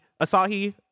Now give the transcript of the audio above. Asahi